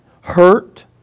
hurt